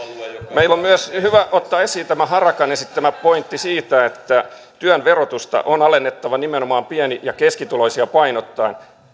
meidän on myös hyvä ottaa esiin tämä harakan esittämä pointti siitä että työn verotusta on alennettava nimenomaan pieni ja keskituloisia painottaen